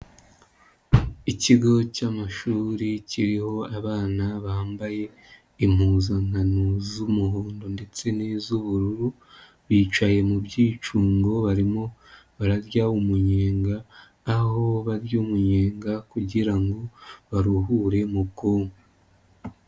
Ikigo cy'amashuri kiriho abana bambaye impuzankano z'umuhondo ndetse n'iz'ubururu, bicaye mu byicungo barimo bararya umunyenga, aho barya umunyenga kugira ngo baruhure mu bwonko.